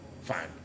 Fine